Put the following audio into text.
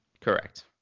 Correct